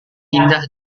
indah